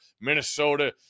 Minnesota –